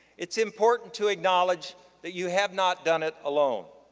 it's important to acknowledge that you have not done it alone.